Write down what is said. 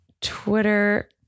Twitter